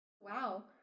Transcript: Wow